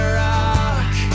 rock